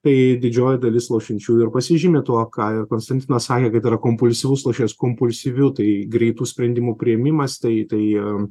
tai didžioji dalis lošiančiųjų ir pasižymi tuo ką ir konstantinas sakė kad yra kompulsyvus lošėjas kompulsyviu tai greitų sprendimų priėmimas tai tai